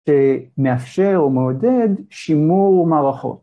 ‫שמאפשר או מעודד שימור מערכות.